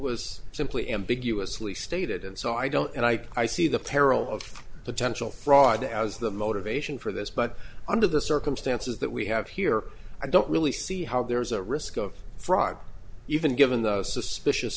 was simply ambiguously stated and so i don't and i see the peril of potential fraud as the motivation for this but under the circumstances that we have here i don't really see how there is a risk of fraud even given the suspicious